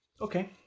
okay